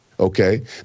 Okay